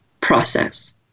process